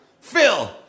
Phil